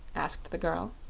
asked the girl.